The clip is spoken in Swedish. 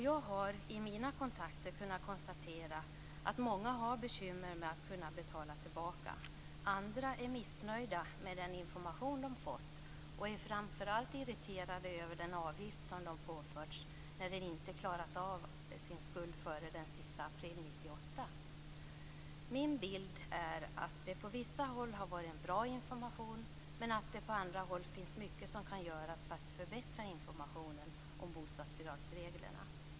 Jag har i mina kontakter kunnat konstatera att många har bekymmer med att kunna betala tillbaka. Andra är missnöjda med den information de har fått och är framför allt irriterade över den avgift som de påförts när de inte klarat av sin skuld före den sista april 1998. Min bild är att det på vissa håll har varit en bra information, men att det på andra håll finns mycket som kan göras för att förbättra informationen om bostadsbidragsreglerna.